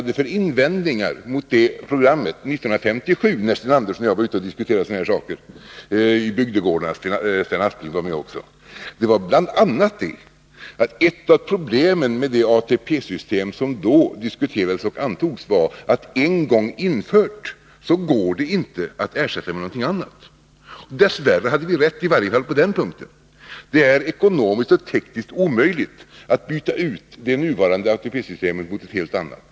De invändningar som vi hade 1957, när Sten Andersson och jag — och även Sven Aspling — var ute och diskuterade sådana här saker i bygdegårdar, var bl.a. att ett av problemen med det ATP-system som då diskuterades och antogs var att en gång infört så skulle det inte gå att ersätta med någonting annat. Dess värre hade vi rätt, i varje fall på den punkten. Det är ekonomiskt och tekniskt omöjligt att byta ut det nuvarande ATP-systemet mot ett helt annat.